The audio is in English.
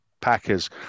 Packers